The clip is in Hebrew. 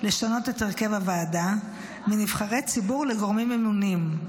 לשנות את הרכב הועדה מנבחרי ציבור לגורמים ממונים,